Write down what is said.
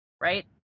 right